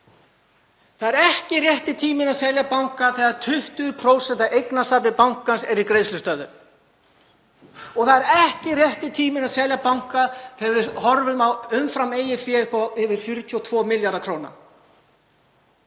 Það er ekki rétti tíminn að selja banka þegar 20% af eignasafni bankans eru í greiðslustöðvun. Það er ekki rétti tíminn að selja banka þegar við horfum á umfram eigið fé upp á yfir 42 milljarða kr.